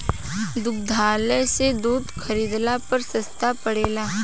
दुग्धालय से दूध खरीदला पर सस्ता पड़ेला?